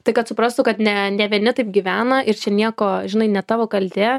tai kad suprastų kad ne vieni taip gyvena ir čia nieko žinai ne tavo kaltė